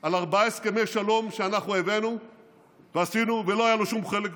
על ארבעה הסכמי שלום שאנחנו הבאנו ועשינו ולא היה לו שום חלק בהם,